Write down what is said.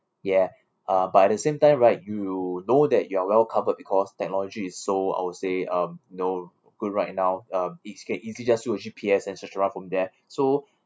ya uh but at the same time right you know that you are well covered because technology is so I would say um know good right now um e~ can easy just use a G_P_S and search around from there so